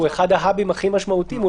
שהוא אחד משדות התעופה הכי משמעותיים הוא